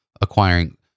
acquiring